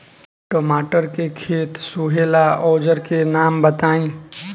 टमाटर के खेत सोहेला औजर के नाम बताई?